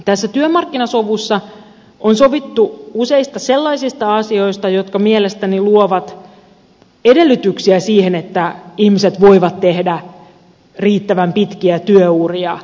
tässä työmarkkinasovussa on sovittu useista sellaisista asioista jotka mielestäni luovat edellytyksiä siihen että ihmiset voivat tehdä riittävän pitkiä työuria